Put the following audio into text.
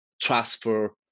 transfer